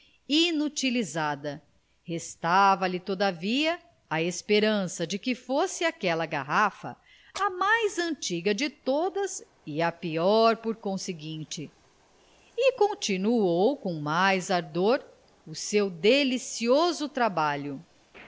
inutilizada restava-lhe todavia a esperança de que fosse aquela garrafa a mais antiga de todas e a pior por conseguinte e continuou com mais ardor o seu delicioso trabalho